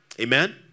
amen